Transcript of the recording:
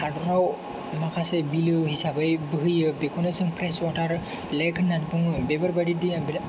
हादोराव माखासे बिलो हिसाबै बोहैयो बेखौनो जों फ्रेश वाटार लेक होननानै बुङो बेफोरबादि दैया बेराद